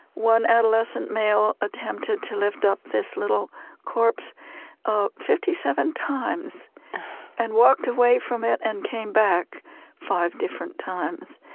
one adolescent male attempted to lift up this little corpse ah fifty seven times and walked away from it and came back five different times.